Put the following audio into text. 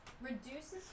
Reduces